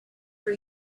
for